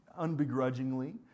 unbegrudgingly